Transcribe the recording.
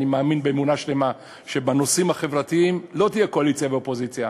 אני מאמין באמונה שלמה שבנושאים החברתיים לא יהיו קואליציה ואופוזיציה,